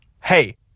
hey